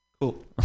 cool